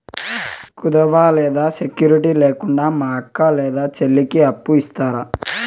కుదువ లేదా సెక్యూరిటి లేకుండా మా అక్క లేదా చెల్లికి అప్పు ఇస్తారా?